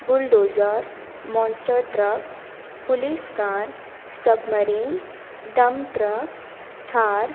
bulldozer monster truck police car submarine dump truck Thar